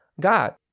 God